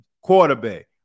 quarterback